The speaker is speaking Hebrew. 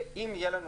אם יהיה לנו,